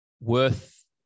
worth